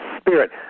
spirit